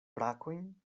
brakojn